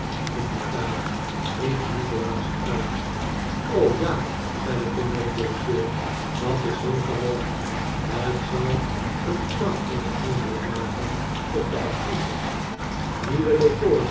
inderdaad riep nikolaas uit r o ja zei de tooneeldirecteur dat is heel gewoon het zal een prachtigen indruk maken op de affiches nieuwe decors